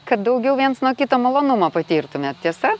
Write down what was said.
kad daugiau viens nuo kito malonumo patirtumėt tiesa